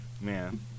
man